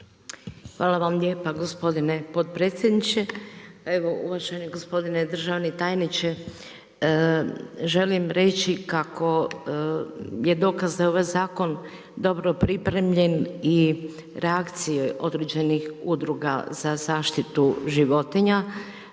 Hvala vam lijepa gospodine potpredsjedniče. Evo uvaženi gospodine državni tajniče, želim reći kako je dokaz da ovaj zakon dobro pripremljen i reakcije određenih udruga za zaštitu životinja,